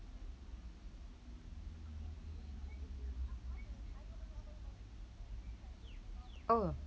oh